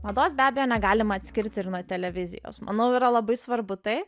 mados be abejo negalima atskirti ir nuo televizijos manau yra labai svarbu tai